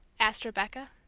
asked rebecca.